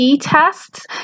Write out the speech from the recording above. tests